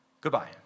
Goodbye